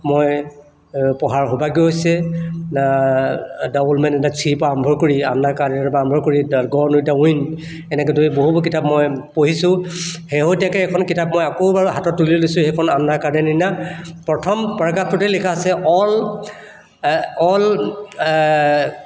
মই পঢ়াৰ সৌভাগ্য হৈছে the old man and the ship আৰম্ভ কৰি আন্না কাৰ্ণেনিনাৰ পৰা আৰম্ভ কৰি দা গণ ৱিথ দা ৱিন এনেকৈ ধৰি বহুতো কিতাপ মই পঢ়িছোঁ শেহতীয়াকৈ এখন কিতাপ মই আকৌ এবাৰ হাতত তুলি লৈছোঁ সেইখন আন্না কাৰ্ণেনিনা প্ৰথম পেৰেগ্ৰাফটোতে লিখা আছে অল অল